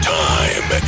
time